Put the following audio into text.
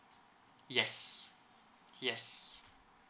yes yes